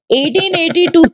1882